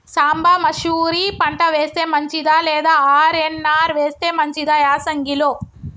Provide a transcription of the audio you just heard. సాంబ మషూరి పంట వేస్తే మంచిదా లేదా ఆర్.ఎన్.ఆర్ వేస్తే మంచిదా యాసంగి లో?